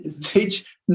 teach